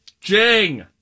Jing